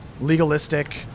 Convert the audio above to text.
legalistic